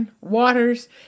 Waters